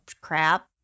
crap